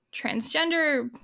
transgender